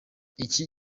iki